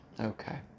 Okay